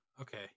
okay